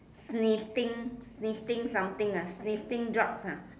sniffing sniffing something ah sniffing drugs ah